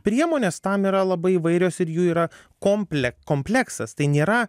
priemonės tam yra labai įvairios ir jų yra komplek kompleksas tai nėra